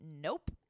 nope